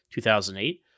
2008